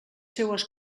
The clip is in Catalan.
seues